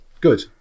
good